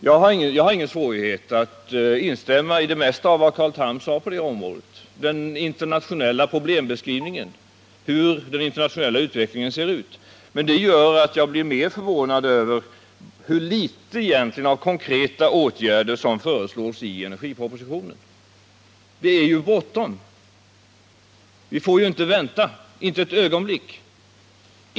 Jag har ingen svårighet att instämma i det mesta av vad Carl Tham sade i fråga om den internationella problembeskrivningen, hur den internationella utvecklingen ser ut. Det gör att jag blir ännu mer förvånad över hur få konkreta åtgärder som egentligen föreslås i energipropositionen. Det är ju bråttom! Vi får inte vänta, inte ens ett ögonblick.